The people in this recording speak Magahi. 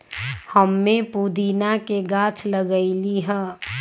हम्मे पुदीना के गाछ लगईली है